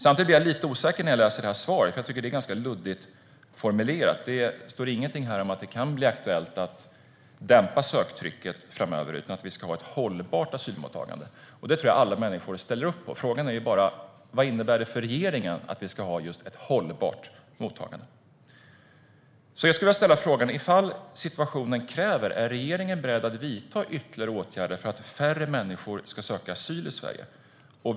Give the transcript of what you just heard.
Samtidigt blir jag lite osäker när jag läser interpellationssvaret, som jag tycker är ganska luddigt formulerat. Det står ingenting om att det kan bli aktuellt att dämpa söktrycket framöver, utan det står att vi ska ha ett hållbart asylmottagande. Det tror jag att alla människor ställer upp på. Frågan är bara: Vad innebär det för regeringen att vi ska ha ett hållbart mottagande? Ifall situationen kräver det, är regeringen då beredd att vidta ytterligare åtgärder för att färre människor ska söka asyl i Sverige?